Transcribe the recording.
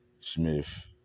Smith